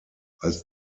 als